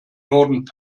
norden